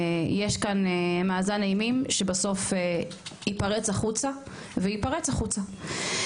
יש כאן מאזן אימים שבסוף ייפרץ החוצה וייפרץ החוצה.